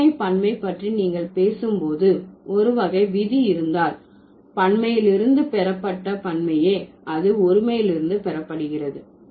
ஒருமை பன்மை பற்றி நீங்கள் பேசும் போது ஒருவகை விதி இருந்தால் பன்மையில் இருந்து பெறப்பட்ட பன்மையே அது ஒருமையிலிருந்து பெறப்படுகிறது